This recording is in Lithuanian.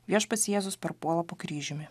viešpats jėzus parpuola po kryžiumi